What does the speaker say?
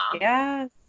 Yes